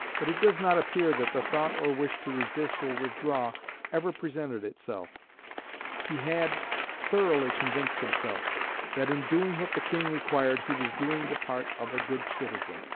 but it does not appear that the thought or wish to resist or withdraw ever presented itself he had thoroughly convinced himself that in doing what the king required he was doing the part of a good citizen,